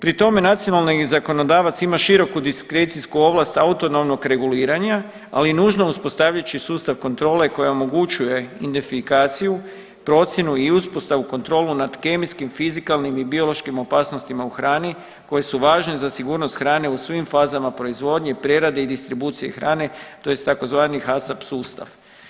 Pri tome nacionalni zakonodavac ima široku diskrecijsku ovlast autonomnog reguliranja, ali nužno uspostavljajući sustav kontrole koja omogućuje identifikaciju, procjenu i uspostavu, kontrolu nad kemijskim, fizikalnim i biološkim opasnostima u hrani koje su važne za sigurnost hrane u svim fazama proizvodnje i prerade i distribucije hrane, tj. tzv. HASAP sustav.